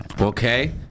Okay